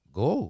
go